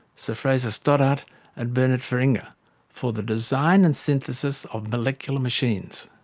sir fraser stoddart and bernard feringa for the design and synthesis of molecular machines.